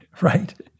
Right